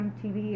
tv